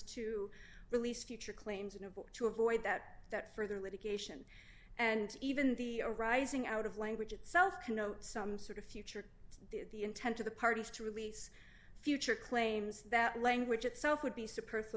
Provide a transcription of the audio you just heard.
to release future claims in a book to avoid that that further litigation and even the arising out of language itself cannot some sort of future the intent of the parties to release future claims that language itself would be